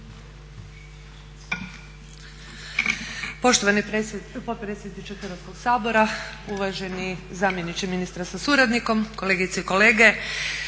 Poštovani potpredsjedniče Hrvatskoga sabora, uvaženi zamjeniče ministra sa suradnikom, kolegice i kolege.